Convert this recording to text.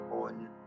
on